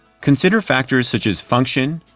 consider factors such as function,